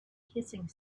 hissing